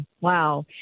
Wow